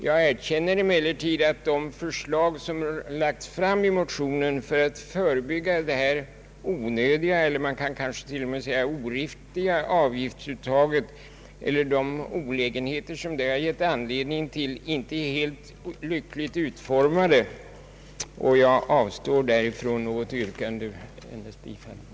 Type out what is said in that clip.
Jag erkänner emellertid att de förslag som lagts fram i motionen för att förebygga det onödiga — man kanske t.o.m. kan säga oriktiga — avgiftsuttaget eller de olägenheter som kan uppstå i sammanhanget inte är helt lyckligt utformade. Jag avstår därför, herr talman, från att göra något yrkande.